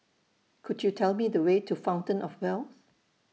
Could YOU Tell Me The Way to Fountain of Wealth